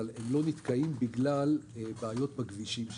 אבל הם לא נתקעים בגלל בעיות בכבישים שם.